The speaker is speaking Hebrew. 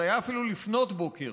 זה היה אפילו לפנות בוקר,